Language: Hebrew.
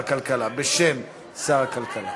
בשם שר הכלכלה.